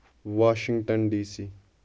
Washington DC